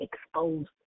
exposed